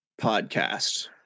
podcast